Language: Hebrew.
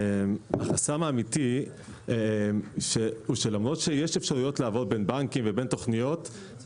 החסם האמיתי הוא שלמרות שיש אפשרויות לעבור בין בנקים ובין תוכניות,